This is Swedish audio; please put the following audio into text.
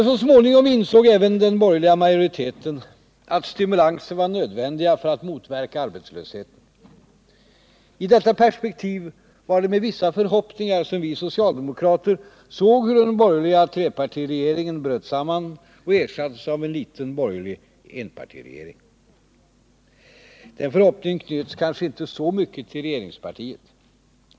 Så småningom insåg även den borgerliga majoriteten att stimulanser var nödvändiga för att motverka arbetslösheten. I detta perspektiv var det med vissa förhoppningar som vi socialdemokrater såg hur den borgerliga trepartiregeringen bröt samman och ersattes av en liten borgerlig enpartiregering. Den förhoppningen knöts kanske inte så mycket till regeringspartiet.